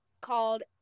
called